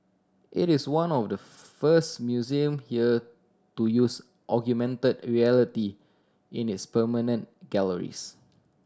it is one of the first museum here to use augmented reality in its permanent galleries